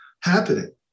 happening